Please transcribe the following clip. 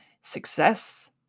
success